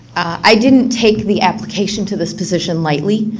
i didn't take the application to this position lightly.